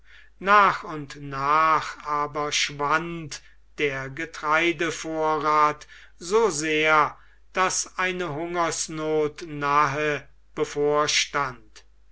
nach und nach aber schwand der getreidevorrath so sehr daß eine hungersnoth nahe bevorstand